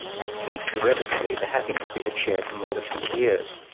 and taint irrevocably the happiness we had shared for more than twenty years.